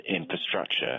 infrastructure